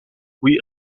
oui